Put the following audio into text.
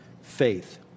faith